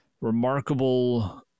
remarkable